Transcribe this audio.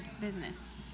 business